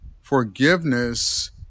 forgiveness